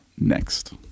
next